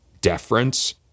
deference